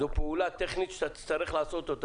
זאת פעולה טכנית שתצטרך לעשות.